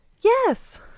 yes